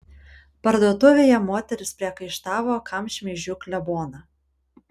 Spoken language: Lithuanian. parduotuvėje moterys priekaištavo kam šmeižiu kleboną